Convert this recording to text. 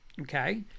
Okay